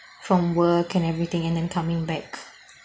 from work and everything and then coming back